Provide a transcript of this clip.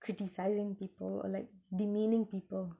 criticizing people like demeaning people